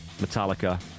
Metallica